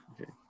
Okay